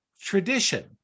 tradition